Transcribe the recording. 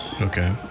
Okay